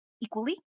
equally